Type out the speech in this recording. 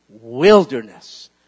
Wilderness